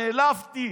נעלבתי.